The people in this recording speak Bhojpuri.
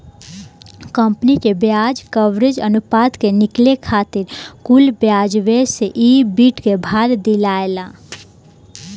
कंपनी के ब्याज कवरेज अनुपात के निकाले खातिर कुल ब्याज व्यय से ईबिट के भाग दियाला